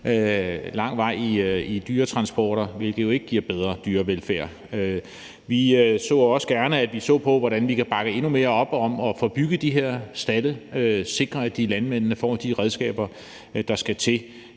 lang vej i dyretransporter, hvilket jo ikke giver bedre dyrevelfærd. Vi så også gerne, at der blev set på, hvordan vi kan bakke endnu mere op om at få bygget de her stalde og sikre, at landmændene får de redskaber, der skal til.